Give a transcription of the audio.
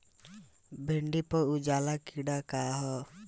भिंडी पर उजला कीड़ा का है?